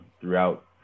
throughout